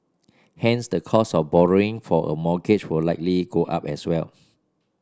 hence the cost of borrowing for a mortgage will likely go up as well